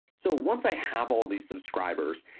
so once i have all these subscribers.